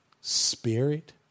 spirit